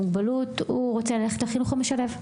מוגבלות שרוצה ללכת לחינוך המשלב,